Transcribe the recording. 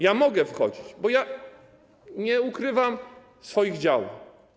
Ja mogę wchodzić, bo ja nie ukrywam swoich działań.